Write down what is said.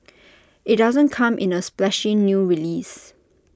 IT doesn't come in A splashy new release